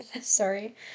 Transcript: Sorry